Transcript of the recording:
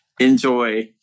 enjoy